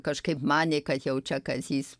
kažkaip manė kad jau čia kazys